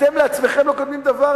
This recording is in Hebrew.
אתם לעצמכם לא מקדמים דבר.